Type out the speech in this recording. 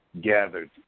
Gathered